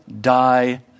die